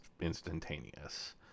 instantaneous